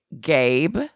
Gabe